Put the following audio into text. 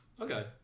Okay